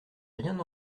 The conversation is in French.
rien